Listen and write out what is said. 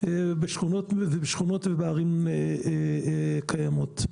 בשכונות ובערים קיימות.